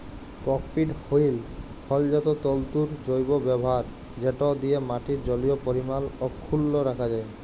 cocopeat হ্যইল ফলজাত তল্তুর জৈব ব্যাভার যেট দিঁয়ে মাটির জলীয় পরিমাল অখ্খুল্ল রাখা যায়